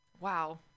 Wow